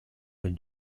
then